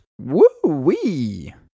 Woo-wee